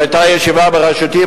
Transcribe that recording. שהיתה ישיבה בראשותי,